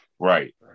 Right